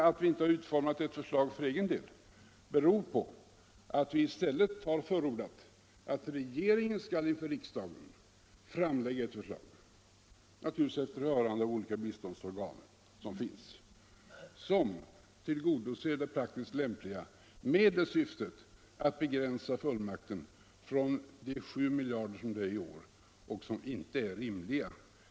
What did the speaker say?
Att vi inte har utformat ett förslag för egen del beror på att vi i stället har förordat att regeringen skall inför riksdagen framlägga ett förslag, naturligtvis efter hörande av olika biståndsorgan, vilket tillgodoser det praktiskt lämpliga med syftet att begränsa fullmakten på de 7 miljarder som det är fråga om i år.